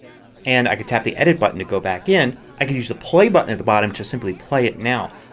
and i can tap the edit button to go back in. i could use the play button at the bottom to simply play it now.